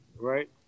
right